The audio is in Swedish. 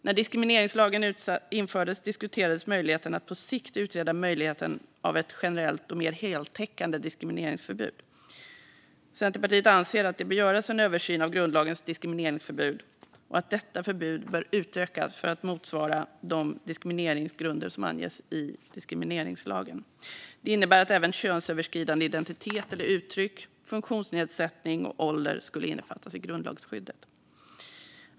När diskrimineringslagen infördes diskuterades möjligheten att på sikt utreda ett generellt och mer heltäckande diskrimineringsförbud. Centerpartiet anser att det bör göras en översyn av grundlagens diskrimineringsförbud och att detta förbud bör utökas för att motsvara de diskrimineringsgrunder som anges i diskrimineringslagen. Det innebär att även könsöverskridande identitet eller uttryck, funktionsnedsättning och ålder skulle innefattas av grundlagsskyddet.